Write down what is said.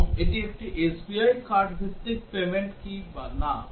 এবং এটি একটি এসবিআই কার্ড ভিত্তিক পেমেন্ট কিংবা না